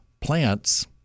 plants